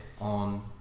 on